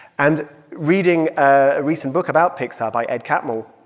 and reading a recent book about pixar by ed catmull,